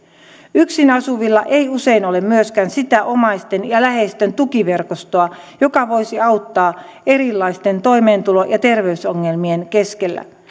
yksin asuvilla ei usein ole myöskään sitä omaisten ja läheisten tukiverkostoa joka voisi auttaa erilaisten toimeentulo ja terveysongelmien keskellä